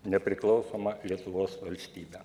nepriklausomą lietuvos valstybę